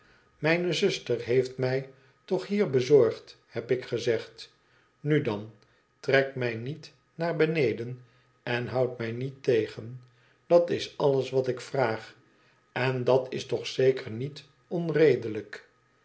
mijne zuster heeft mij toch hier bezorgd heb ik gezegd nu dan trek mij niet naar beneden en houd mij niet tegen dat is alles wat ik vraag en dat is toch zeker niet onredelijk